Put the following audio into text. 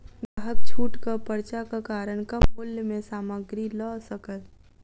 ग्राहक छूटक पर्चाक कारण कम मूल्य में सामग्री लअ सकल